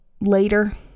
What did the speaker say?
later